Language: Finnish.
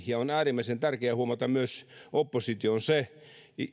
ja on äärimmäisen tärkeää myös opposition huomata se